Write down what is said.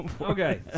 Okay